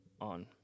on